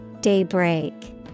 Daybreak